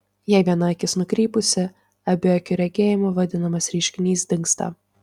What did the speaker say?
jei viena akis nukrypusi abiakiu regėjimu vadinamas reiškinys dingsta